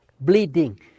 bleeding